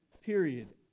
Period